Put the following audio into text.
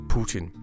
Putin